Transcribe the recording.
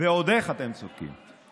ועוד איך אתם צודקים.